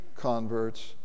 converts